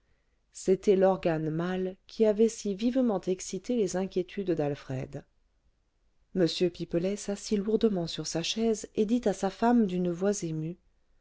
c'était l'organe mâle qui avait si vivement excité les inquiétudes d'alfred m pipelet s'assit lourdement sur sa chaise et dit à sa femme d'une voix émue